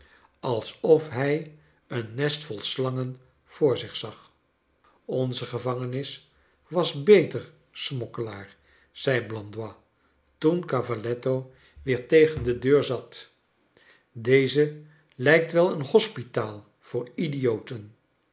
alsof hij een nestvol slangen voor zich zag onze gevangenis was beter smokkelaar zei blandois toen cavaletto weer tegen de deur zat deze lijkt wel een hospitaal voor idioten